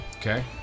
Okay